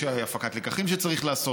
יש הפקת לקחים שצריך לעשות.